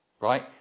Right